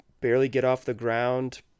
barely-get-off-the-ground